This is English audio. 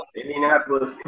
Indianapolis